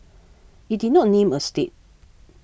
it did not name a state